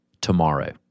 tomorrow